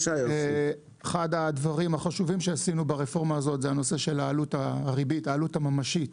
זה הנושא של העלות הממשית